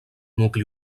nucli